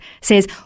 says